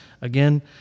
again